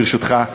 ברשותך,